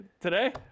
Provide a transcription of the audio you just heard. today